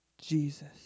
Jesus